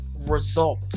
result